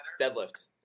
deadlift